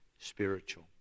spiritual